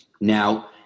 Now